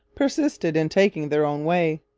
persisted in taking their own way.